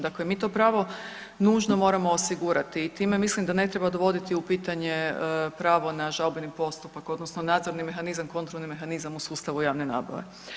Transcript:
Dakle, mi to pravo nužno moramo osigurati i time mislim da ne treba dovoditi u pitanje pravo na žalbeni postupak, odnosno nadzorni mehanizam, kontrolni mehanizam u sustavu javne nabave.